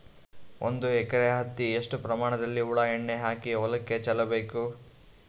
ಒಂದು ಎಕರೆ ಹತ್ತಿ ಎಷ್ಟು ಪ್ರಮಾಣದಲ್ಲಿ ಹುಳ ಎಣ್ಣೆ ಹಾಕಿ ಹೊಲಕ್ಕೆ ಚಲಬೇಕು?